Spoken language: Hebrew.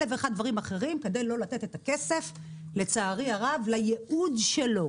אלף ואחד דברים אחרים כדי לא לתת את הכסף לצערי הרבה ליעוד שלו,